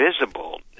visible